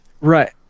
Right